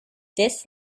this